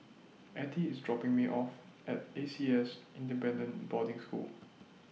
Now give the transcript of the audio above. Ettie IS dropping Me off At A C S Independent Boarding School